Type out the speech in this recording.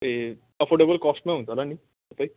ए affordable कस्टमै हुन्छ होला नि सबै